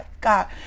God